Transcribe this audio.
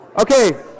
Okay